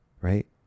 right